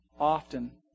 often